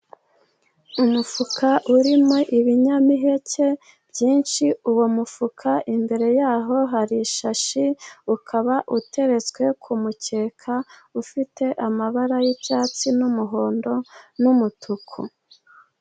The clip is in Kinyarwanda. Umufuka urimo ibinyamiheke byinshi, uwo mufuka imbere yawo hari ishashi, ukaba uteretse ku mukeka ufite amabara y'icyatsi n'umuhondo n'umutuku.